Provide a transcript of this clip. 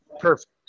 Perfect